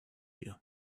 you